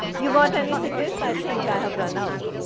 you got any cigarettes i think i have run out.